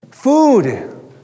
Food